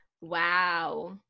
Wow